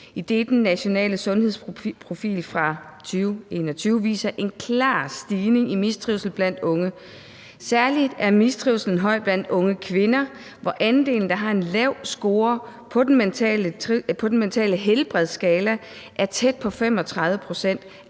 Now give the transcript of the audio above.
idet Den Nationale Sundhedsprofil 2021 viser en klar stigning i mistrivsel blandt unge, hvor mistrivslen ligger særlig højt blandt unge kvinder, idet andelen, der har en lav score på den mentale helbredsskala, er tæt på 35 pct.